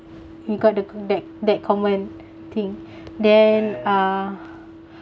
he got the kodak that common thing then ah